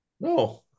No